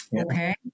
Okay